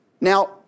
Now